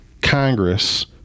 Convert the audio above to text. Congress